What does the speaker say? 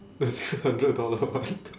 the six hundred dollar one